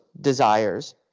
desires